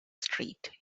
street